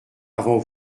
avant